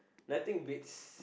nothing beats